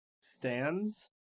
Stands